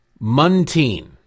Muntean